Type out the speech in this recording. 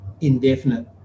indefinite